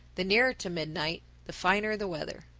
the nearer to midnight, the finer the weather.